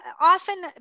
Often